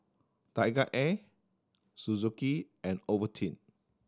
TigerAir Suzuki and Ovaltine